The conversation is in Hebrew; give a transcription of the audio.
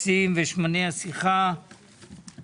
רב, אני מתכבד לפתוח את הישיבה.